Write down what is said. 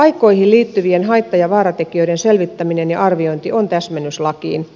työaikoihin liittyvien haitta ja vaaratekijöiden selvittäminen ja arviointi on täsmennys lakiin